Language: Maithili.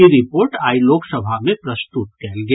ई रिपोर्ट आइ लोक सभा मे प्रस्तुत कयल गेल